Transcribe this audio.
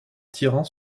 tirant